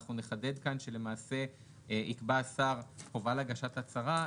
ואנחנו נחדד כאן שלמעשה יקבע השר חובה להגשת הצהרה,